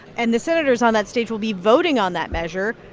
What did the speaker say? and the senators on that stage will be voting on that measure.